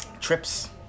Trips